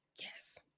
yes